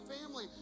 family